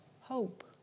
hope